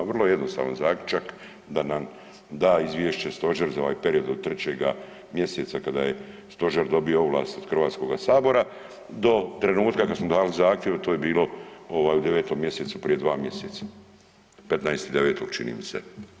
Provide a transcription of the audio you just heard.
Vrlo je jednostavan zaključak da nam da izvješće Stožer za ovaj period od trećega mjeseca kada je Stožer dobio ovlast od Hrvatskoga sabora do trenutka kada smo dali zahtjev a to je bilo u 9 mjesecu prije dva mjeseca, 15.9. čini mi se.